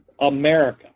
America